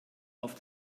auf